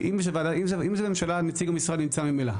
אם זו ממשלה נציג המשרד נמצא ממילא.